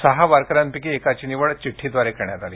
सहा वारकऱ्यांपैकी एकाची निवड चिड्ठीद्वारे करण्यात आली